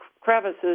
crevices